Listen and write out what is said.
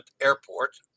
Airport